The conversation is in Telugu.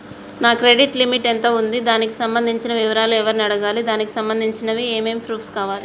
నా క్రెడిట్ లిమిట్ ఎంత ఉంది? దానికి సంబంధించిన వివరాలు ఎవరిని అడగాలి? దానికి సంబంధించిన ఏమేం ప్రూఫ్స్ కావాలి?